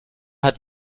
hat